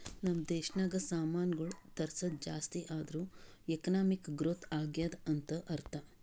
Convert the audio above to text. ನಮ್ ದೇಶನಾಗ್ ಸಾಮಾನ್ಗೊಳ್ ತರ್ಸದ್ ಜಾಸ್ತಿ ಆದೂರ್ ಎಕಾನಮಿಕ್ ಗ್ರೋಥ್ ಆಗ್ಯಾದ್ ಅಂತ್ ಅರ್ಥಾ